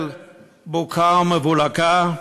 של בוקה ומבולקה?